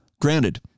granted